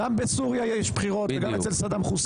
גם בסוריה יש בחירות וגם אצל סדאם חוסיין יש בחירות.